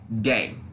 day